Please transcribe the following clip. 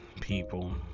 people